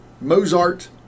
Mozart